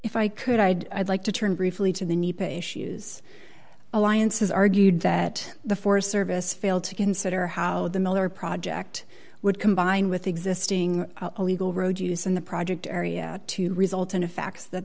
if i could i'd i'd like to turn briefly to the nepa issues alliance has argued that the forest service failed to consider how the miller project would combine with existing illegal road use in the project area to result in a fact that